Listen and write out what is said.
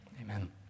Amen